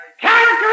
Character